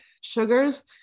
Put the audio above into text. sugars